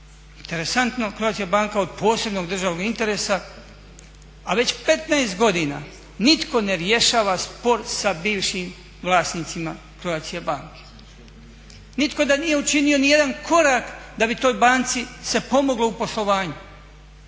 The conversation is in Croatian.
Interesantno Croatia banka od posebnog državnog interesa, a već 15 godina nitko ne rješava spor sa bivšim vlasnicima Croatia banke, nitko da je učinio nijedan korak da bi se toj banci pomoglo u poslovanju.